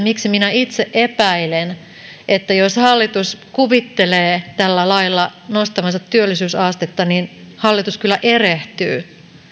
miksi minä itse epäilen että jos hallitus kuvittelee tälla lailla nostavansa työllisyysastetta niin hallitus kyllä erehtyy